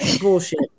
Bullshit